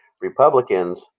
Republicans